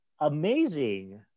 amazing